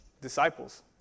disciples